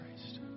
Christ